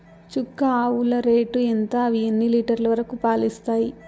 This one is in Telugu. చుక్క ఆవుల రేటు ఎంత? అవి ఎన్ని లీటర్లు వరకు పాలు ఇస్తాయి?